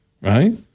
right